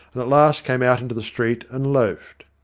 and at last came out into the street, and loafed.